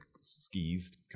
skis